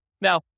Now